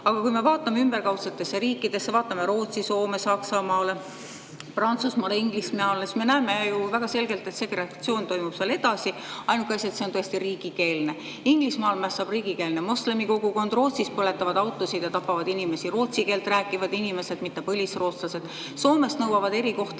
Aga kui me vaatame ümberkaudsetesse riikidesse, vaatame Rootsi, Soome, Saksamaale, Prantsusmaale, Inglismaale, siis me näeme väga selgelt, et segregatsioon toimub seal edasi. Ainuke asi, et see on tõesti riigikeelne. Inglismaal mässab riigikeelne moslemi kogukond, Rootsis põletavad autosid ja tapavad inimesi [muud] rootsi keelt rääkivad inimesed, mitte põlisrootslased. Soomes nõuavad erikohtlemist